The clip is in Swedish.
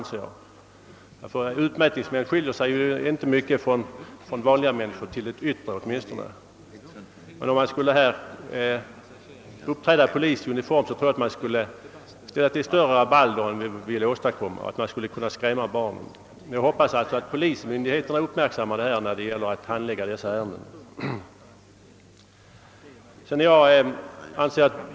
Som civila skiljer de sig ju inte till det yttre från andra människor, men om de uppträder i uniform tror jag de väcker mera uppseende än vi vill att de skall göra och att de kan skrämma barnen. Därför hoppas jag att polismyndigheterna uppmärksammar den saken när de ombesörjer hämtning av barn.